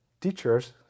teachers